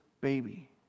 baby